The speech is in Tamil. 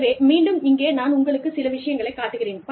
எனவே மீண்டும் இங்கே நான் உங்களுக்கு சில விஷயங்களைக் காட்டுகிறேன்